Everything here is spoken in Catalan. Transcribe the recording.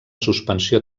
suspensió